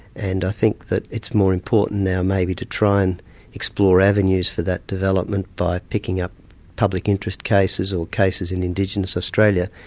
and i think that it's more important now maybe to try and explore avenues for that development by picking up public interest cases or cases in indigenous australia,